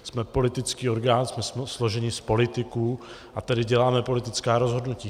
Jsme politický orgán, jsme složeni z politiků, a tedy děláme politická rozhodnutí.